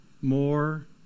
more